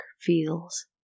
feels